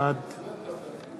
בעד